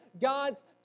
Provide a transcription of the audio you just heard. God's